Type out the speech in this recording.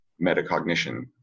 metacognition